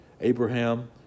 Abraham